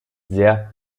sehr